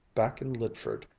back in lydford,